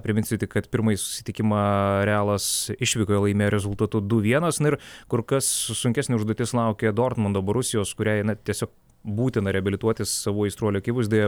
priminsiu tik kad pirmąjį susitikimą realas išvykoje laimėjo rezultatu du vienas na ir kur kas sunkesnė užduotis laukia dortmundo borusijos kuriai na tiesiog būtina reabilituotis savų aistruolių akivaizdoje